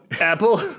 Apple